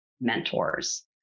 mentors